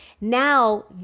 Now